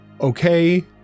okay